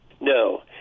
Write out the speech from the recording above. No